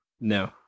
No